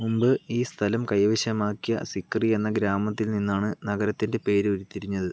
മുമ്പ് ഈ സ്ഥലം കൈവശമാക്കിയ സിക്രി എന്ന ഗ്രാമത്തിൽ നിന്നാണ് നഗരത്തിന്റെ പേര് ഉരുത്തിരിഞ്ഞത്